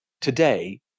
today